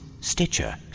Stitcher